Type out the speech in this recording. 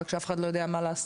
רק שאף אחד לא יודע מה לעשות.